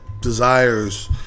desires